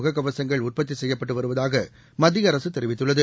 முகக்கவசங்கள் உற்பத்தி செய்யப்பட்டு வருவதாக மத்திய அரசு தெரிவித்துள்ளது